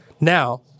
Now